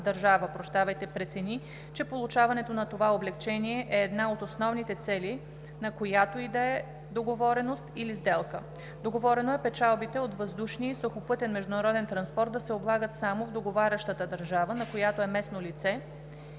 държава прецени, че получаването на това облекчение е една от основните цели на която и да е договореност или сделка; - договорено е печалбите от въздушния и сухопътен международен транспорт да се облагат само в договарящата държава, на която е местно лицето,